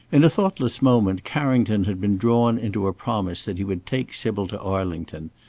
in a thoughtless moment carrington had been drawn into a promise that he would take sybil to arlington.